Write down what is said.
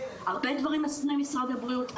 הרבה דברים עשינו עם משרד הבריאות,